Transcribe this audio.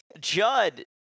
judd